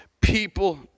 people